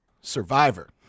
Survivor